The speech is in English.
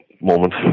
Moment